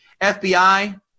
FBI